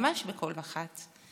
ממש בכל אחת,